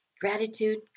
Gratitude